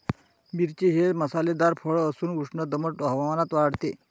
मिरची हे मसालेदार फळ असून उष्ण दमट हवामानात वाढते